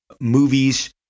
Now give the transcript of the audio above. movies